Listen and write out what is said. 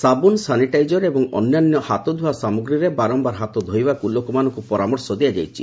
ସାବୁନ ସାନିଟାଇଜର୍ ଏବଂ ଅନ୍ୟାନ୍ୟ ହାତଧୁଆ ସାମଗ୍ରୀରେ ବାରମ୍ଭାର ହାତ ଧୋଇବାକୁ ଲୋକମାନଙ୍କୁ ପରାମର୍ଶ ଦିଆଯାଇଛି